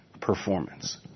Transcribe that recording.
performance